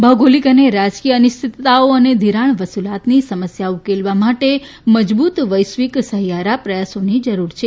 ભૌગોલિક અને રાજકીય અનિશ્ચિતતાઓ અને ધિરાણ વસૂલાતની સમસ્યા ઉકેલવા માટે મજબૂત વૈશ્વિક સહિયારા પ્રયાસોની જરૂર છે